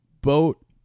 boat